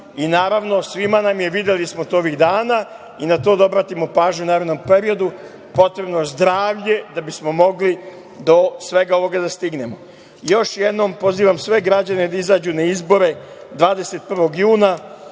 svima nam je, to smo i videli ovih dana i na to da obratimo pažnju u narednom periodu, potrebno zdravlje da bismo mogli do svega ovoga da stignemo. Još jednom pozivam sve građane da izađu na izbore 21. juna